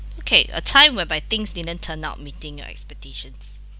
okay a time whereby things didn't turn out meeting your expectations